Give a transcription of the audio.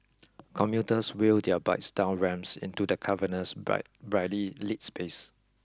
commuters wheel their bikes down ramps into the cavernous but brightly lit space